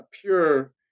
pure